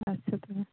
ᱟᱪᱪᱷᱟ ᱛᱟᱦᱚᱞᱮ